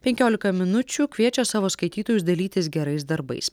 penkiolika minučių kviečia savo skaitytojus dalytis gerais darbais